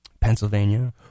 Pennsylvania